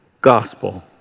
gospel